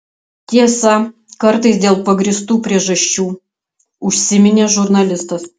tiesa kartais dėl pagrįstų priežasčių užsiminė žurnalistas